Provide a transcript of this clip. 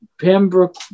Pembroke